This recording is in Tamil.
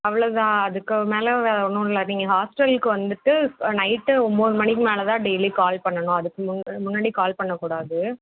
அவ்வளோதான் அதுக்கு மேலே வேறு ஒன்றும் இல்லை நீங்கள் ஹாஸ்டலுக்கு வந்துவிட்டு நைட்டு ஒம்போது மணிக்கு மேலே தான் டெய்லி கால் பண்ணணும் அதுக்கு முன் முன்னாடி கால் பண்ணக்கூடாது